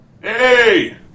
Hey